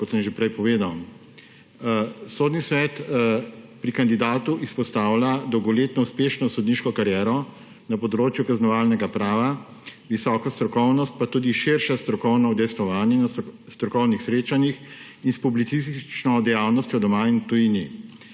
kot sem že prej povedal. Sodni svet pri kandidatu izpostavlja dolgoletno uspešno sodniško kariero na področju kaznovalnega prava, visoko strokovnost pa tudi širše strokovno udejstvovanje na strokovnih srečanjih in s publicistično dejavnostjo doma in v tujini.